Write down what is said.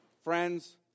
Friends